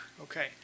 Okay